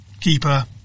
keeper